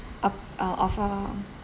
up~ uh offer